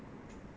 mm hmm